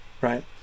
right